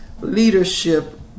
leadership